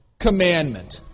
commandment